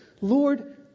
Lord